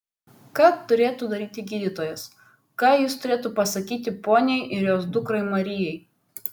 ką turėtų daryti gydytojas ką jis turėtų pasakyti poniai ir jos dukrai marijai